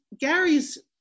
Gary's